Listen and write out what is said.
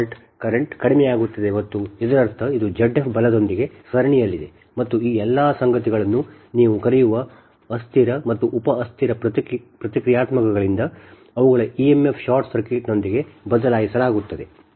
fault current ಕಡಿಮೆಯಾಗುತ್ತಿದೆ ಮತ್ತು ಇದರರ್ಥ ಇದು Z f ಬಲದೊಂದಿಗೆ ಸರಣಿಯಲ್ಲಿದೆ ಮತ್ತು ನೀವು ಈ ಎಲ್ಲಾ ಸಂಗತಿಗಳನ್ನು ನೀವು ಕರೆಯುವ ಅಸ್ಥಿರ ಅಥವಾ ಉಪ ಅಸ್ಥಿರ ಪ್ರತಿಕ್ರಿಯಾತ್ಮಕಗಳಿಂದ ಅವುಗಳ emf ಶಾರ್ಟ್ ಸರ್ಕ್ಯೂಟ್ನೊಂದಿಗೆ ಬದಲಾಯಿಸಲಾಗುತ್ತದೆ